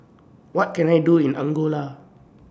What Can I Do in Angola